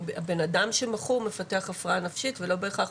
אם האדם המכור מפתח הפרעה נפשית ולא בהכרח